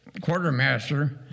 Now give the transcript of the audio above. quartermaster